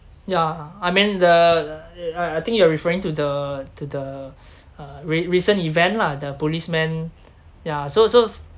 ya I mean the I I think you are referring to the to the uh re~ recent event lah the policeman ya so so